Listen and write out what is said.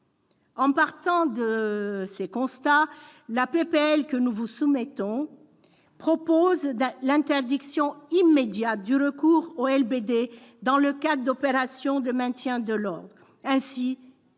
En partant de ces constats, nous proposons l'interdiction immédiate du recours aux LBD dans le cadre d'opérations de maintien de l'ordre, ainsi